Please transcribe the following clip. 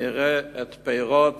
נראה את פירות